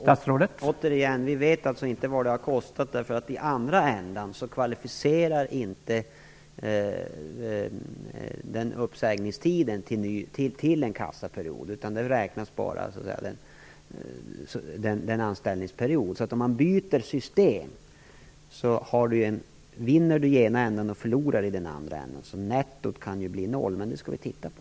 Herr talman! Återigen: Vi vet inte vad detta har kostat. I andra ändan kvalificerar ju inte uppsägningstiden till en kassaperiod. Det är bara anställningsperioden som räknas. Om man byter system vinner man i den ena ändan och förlorar i den andra. Nettot kan alltså bli noll, men det skall vi titta på.